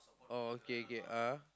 orh okay okay ah